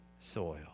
soil